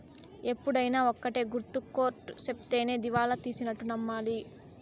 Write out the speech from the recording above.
ఎప్పుడైనా ఒక్కటే గుర్తు కోర్ట్ సెప్తేనే దివాళా తీసినట్టు నమ్మాలి